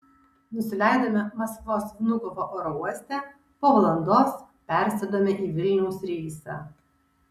nusileidome maskvos vnukovo oro uoste po valandos persėdome į vilniaus reisą